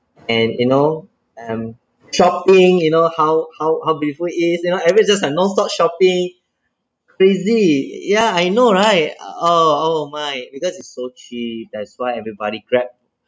and you know and shopping you know how how how beautiful it is you know everybody is just like non-stop shopping crazy ya I know right oh oh my because it's so cheap that's why everybody grab